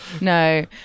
No